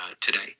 today